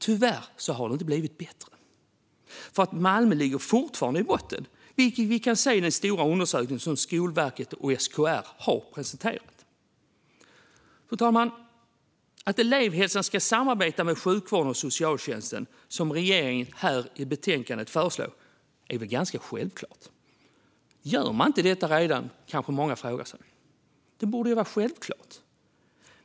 Tyvärr har det inte blivit bättre. Malmö ligger fortfarande i botten, vilket vi kan se i de stora undersökningar som Skolverket och SKR har presenterat. Fru talman! Att elevhälsan ska samarbeta med sjukvården och socialtjänsten, som regeringen föreslår i propositionen, är väl ganska självklart. Gör man inte redan detta? Det kanske många frågar sig. Det borde ju vara självklart!